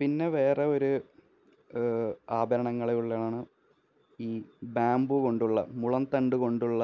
പിന്നെ വേറെ ഒരു ആഭരണങ്ങളുള്ളതാണ് ഈ ബാംബു കൊണ്ടുള്ള മുളംതണ്ട് കൊണ്ടുള്ള